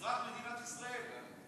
אזרח מדינת ישראל.